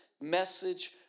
message